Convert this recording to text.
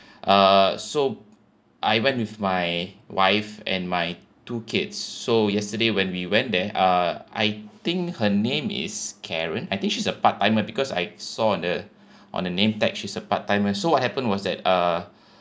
uh so I went with my wife and my two kids so yesterday when we went there uh I think her name is karen I think she's a part timer because I saw on the on the name tag she's a part timer so what happened was that uh